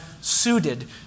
suited